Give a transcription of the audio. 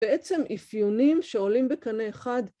בעצם אפיונים שעולים בקנה אחד.